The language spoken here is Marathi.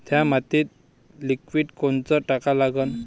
थ्या मातीत लिक्विड कोनचं टाका लागन?